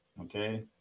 okay